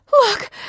Look